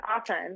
awesome